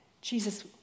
Jesus